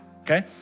okay